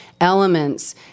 elements